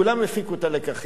כולם הפיקו היום את הלקחים.